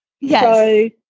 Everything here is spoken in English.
Yes